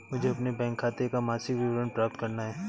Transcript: मुझे अपने बैंक खाते का मासिक विवरण प्राप्त करना है?